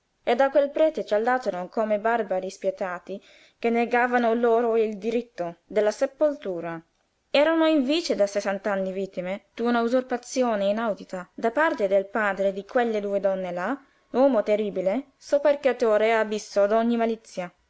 e da quel prete ciarlatano come barbari spietati che negavano loro il diritto della sepoltura erano invece da sessant'anni vittime d'una usurpazione inaudita da parte del padre di quelle due donne là uomo terribile soperchiatore e abisso d'ogni malizia